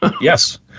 Yes